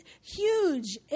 huge